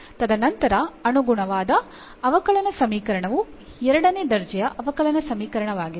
ತದನಂತರ ಅನುಗುಣವಾದ ಅವಕಲನ ಸಮೀಕರಣವು ಎರಡನೇ ದರ್ಜೆಯ ಅವಕಲನ ಸಮೀಕರಣವಾಗಿತ್ತು